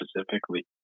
specifically